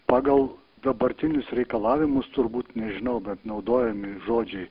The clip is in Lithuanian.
pagal dabartinius reikalavimus turbūt nežinau bet naudojami žodžiai